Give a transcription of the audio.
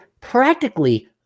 practically